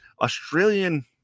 Australian